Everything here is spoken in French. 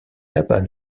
tabac